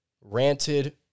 ranted